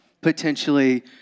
potentially